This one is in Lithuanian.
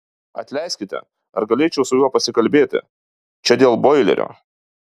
atleiskite ar galėčiau su juo pasikalbėti čia dėl boilerio